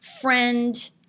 friend